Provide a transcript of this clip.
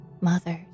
Mothers